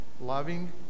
loving